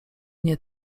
nie